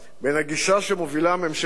בין הגישה שמובילה ממשלת ישראל,